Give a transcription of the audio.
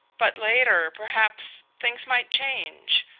but later, perhaps. things might change.